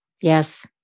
Yes